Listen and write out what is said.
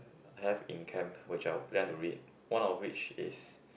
I have in camp which I would plan to read one of which is